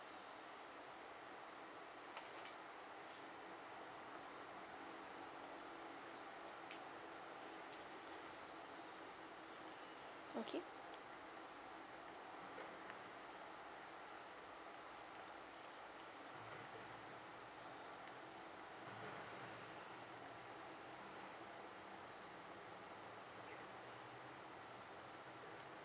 okay